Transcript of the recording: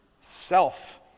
self